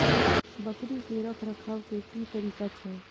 बकरी के रखरखाव के कि तरीका छै?